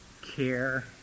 care